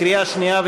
קריאה שנייה,